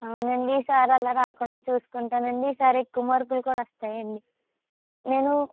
అవును అండి ఈసారి అలా రాకుండా చూసుకుంటాను అండి ఈసారి ఎక్కువ మార్కులు కూడా వస్తాయి అండి నేనూ